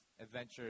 Adventure